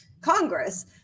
Congress